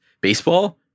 baseball